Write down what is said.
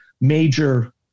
major